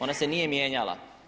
Ona se nije mijenjala.